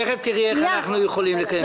תכף תראי איך אנחנו יכולים לקיים את הדיון.